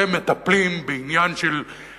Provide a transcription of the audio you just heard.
אדוני: איך אתם מטפלים בעניין של אנשים,